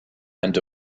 and